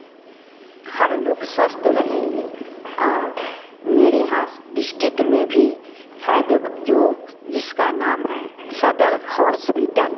हर लोग स्वस्थ रहेंगे और मेरे यहाँस डिस्ट्रिक में भी है ब्यव जो जिसका नाम है सदर हॉस्पिटल